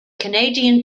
canadian